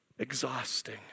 exhausting